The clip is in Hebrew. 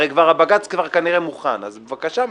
הרי הבג"ץ כבר כנראה מוכן, אז בבקשה מכם.